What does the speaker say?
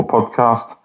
Podcast